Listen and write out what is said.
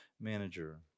manager